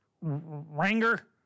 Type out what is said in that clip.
Ranger